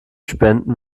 spenden